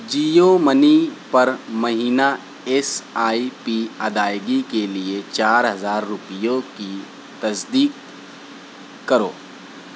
Jio money پر مہینہ S I P ادائیگی کے لیے چار ہزار روپیوں کی تصدیق کرو